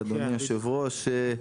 אדוני היושב-ראש.